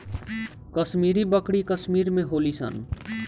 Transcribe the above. कश्मीरी बकरी कश्मीर में होली सन